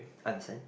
understand